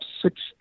six